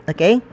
Okay